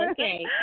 Okay